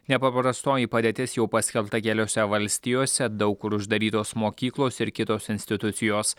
nepaprastoji padėtis jau paskelbta keliose valstijose daug kur uždarytos mokyklos ir kitos institucijos